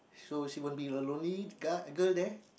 so she won't be a lonely guy uh girl there